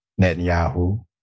Netanyahu